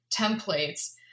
templates